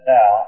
Now